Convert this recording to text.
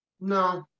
No